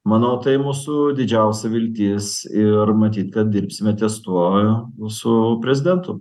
manau tai mūsų didžiausia viltis ir matyt kad dirbsime ties tuo su prezidentu